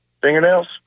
Fingernails